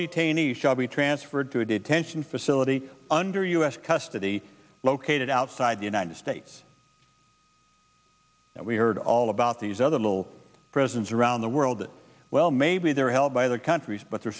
detainee shall be transferred to a detention facility under u s custody located outside the united states and we heard all about these other little prisons around the world well maybe they're held by other countries but they're